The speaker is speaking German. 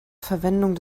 verwendung